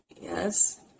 Yes